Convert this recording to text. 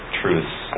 truth's